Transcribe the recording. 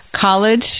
college